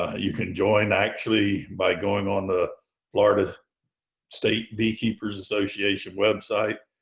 ah you can join actually by going on the florida state beekeepers association website.